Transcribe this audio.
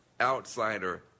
outsider